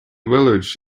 village